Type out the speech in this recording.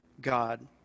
God